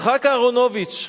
יצחק אהרונוביץ.